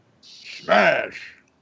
Smash